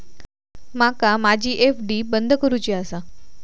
माका माझी एफ.डी बंद करुची आसा